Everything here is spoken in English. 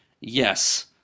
yes